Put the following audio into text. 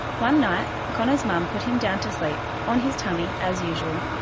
one night connor's mum put him down to sleep on his tummy, as usual.